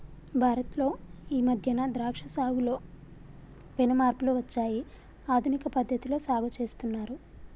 భారత్ లో ఈ మధ్యన ద్రాక్ష సాగులో పెను మార్పులు వచ్చాయి ఆధునిక పద్ధతిలో సాగు చేస్తున్నారు